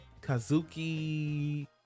Kazuki